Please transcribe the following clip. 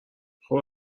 خوب